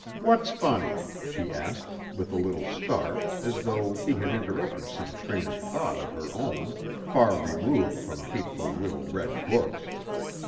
what's funny? she asked, with a little start, as though he had interrupted some train of thought of her own, far removed from hateful little red books.